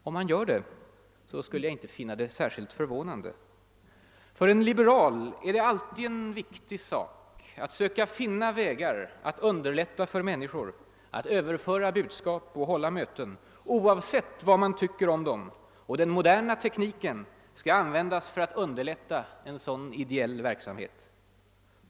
Om han gör det skulle jag inte finna det särskilt förvånande. För en liberal är det alltid en viktig sak att söka finna vägar att underlätta för människor att överföra budskap och hålla möten, oavsett vad man tycker om dem, och den moderna tekniken skall användas för att underlätta en sådan ideell verksamhet.